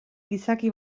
gizaki